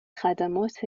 خدمات